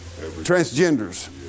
transgenders